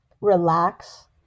relax